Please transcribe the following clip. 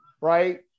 right